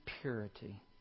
purity